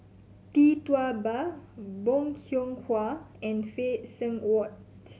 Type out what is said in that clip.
Tee Tua Ba Bong Hiong Hwa and Phay Seng Whatt